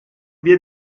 wir